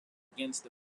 against